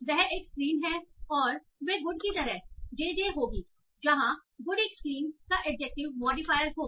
वह एक स्क्रीन है और वे गुड की तरह जे जे होगी जहां गुड एक स्क्रीन का एडजेक्टिव मोडीफायर् होगा